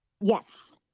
Yes